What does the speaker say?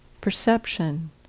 perception